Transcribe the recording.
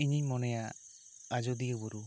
ᱤᱧᱤᱧ ᱢᱚᱱᱮᱭᱟ ᱟᱡᱚᱫᱤᱭᱟᱹ ᱵᱩᱨᱩ